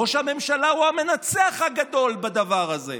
ראש הממשלה הוא המנצח הגדול בדבר הזה.